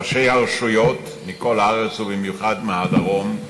ראשי הרשויות מכל הארץ ובמיוחד מהדרום,